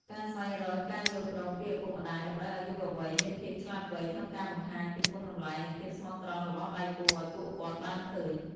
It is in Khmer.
ការស្វែងរកការយល់ព្រមពីឪពុកម្ដាយ តម្រូវឱ្យយុវវ័យមានភាពឆ្លាតវៃក្នុងការបង្ហាញពីគុណតម្លៃ និងភាពស្មោះត្រង់របស់ដៃគូឱ្យពួកគាត់បានឃើញ។